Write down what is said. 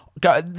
go